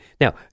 Now